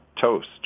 toast